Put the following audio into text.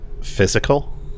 physical